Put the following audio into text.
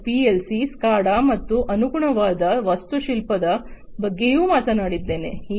ನಾನು PLC SCADA ಮತ್ತು ಅನುಗುಣವಾದ ವಾಸ್ತುಶಿಲ್ಪದ ಬಗ್ಗೆಯೂ ಮಾತನಾಡಿದ್ದೇನೆ